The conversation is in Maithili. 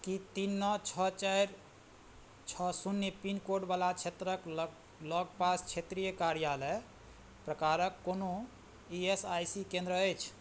की तीन नओ छओ चारि छओ शून्य पिन कोडवला क्षेत्रक लग लगपास क्षेत्रिय कार्यालय प्रकारक कोनो ई एस आइ सी केन्द्र अछि